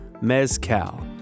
Mezcal